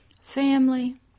family